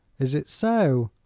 is it so?